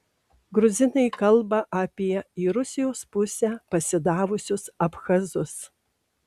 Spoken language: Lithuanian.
gruzinai kalba apie į rusijos pusę pasidavusius abchazus